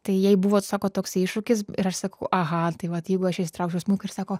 tai jai buvo sako toksai iššūkis ir aš sakau aha tai vat jeigu aš išsitraukčiau smuiką ir sako